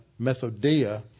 methodia